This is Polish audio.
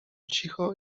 cicho